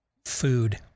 Food